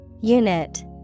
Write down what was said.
Unit